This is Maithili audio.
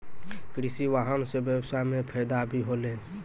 कृषि वाहन सें ब्यबसाय म फायदा भी होलै